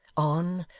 on,